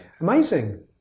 Amazing